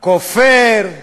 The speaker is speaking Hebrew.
כופר,